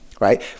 right